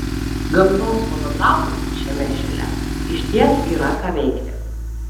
gamtos fotografui šiame šile išties yra ką veikti